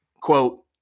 quote